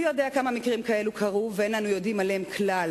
מי יודע כמה מקרים כאלה קרו ואין אנו יודעים עליהם כלל,